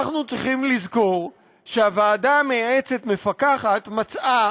אנחנו צריכים לזכור שהוועדה המייעצת-מפקחת מצאה